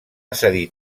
cedir